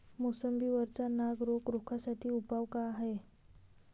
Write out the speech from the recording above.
मोसंबी वरचा नाग रोग रोखा साठी उपाव का हाये?